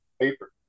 paper